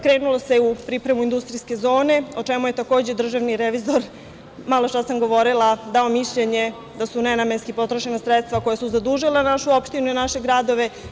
Krenulo se u pripremu industrijske zone, o čemu je takođe državni revizor, maločas sam govorila, dao mišljenje da su nenamenski potrošena sredstva koja su zadužila našu opštinu i naše gradove.